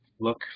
Look